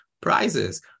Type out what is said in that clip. prizes